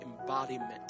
embodiment